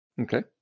Okay